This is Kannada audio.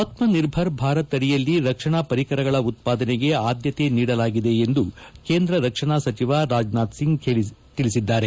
ಆತ್ಮ ನಿರ್ಭರ ಭಾರತ್ ಅಡಿಯಲ್ಲಿ ರಕ್ಷಣಾ ಪರಿಕರಗಳ ಉತ್ಪಾದನೆಗೆ ಆದ್ದತೆ ನೀಡಲಾಗಿದೆ ಎಂದು ಕೇಂದ್ರ ರಕ್ಷಣಾ ಸಚಿವ ರಾಜನಾಥ್ ಸಿಂಗ್ ಹೇಳಿದ್ದಾರೆ